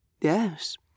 yes